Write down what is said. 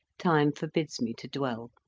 time forbids me to dwell.